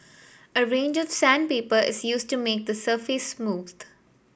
a range of sandpaper is used to make the surface smooth